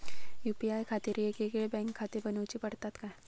UPI खातीर येगयेगळे बँकखाते बनऊची पडतात काय?